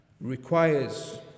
requires